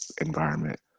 environment